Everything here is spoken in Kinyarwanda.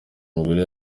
mugore